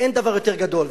ואין דבר יותר גדול,